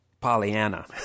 Pollyanna